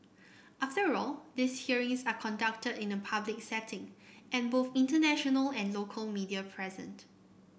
after all these hearings are conducted in a public setting and both international and local media present